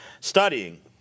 studying